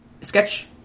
Sketch